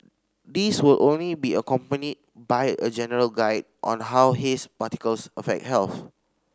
these will only be accompanied by a general guide on how haze particles affect health